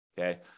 okay